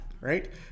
Right